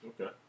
Okay